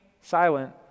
silent